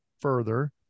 further